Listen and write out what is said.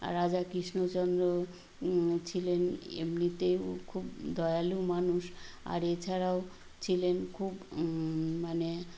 রাজা কৃষ্ণচন্দ্র ছিলেন এমনিতেও খুব দয়ালু মানুষ আর এছাড়াও ছিলেন খুব মানে